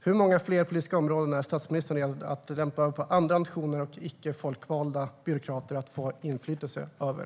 Hur många fler politiska områden är statsministern beredd att lämpa över på andra nationer och ge icke folkvalda byråkrater inflytande över?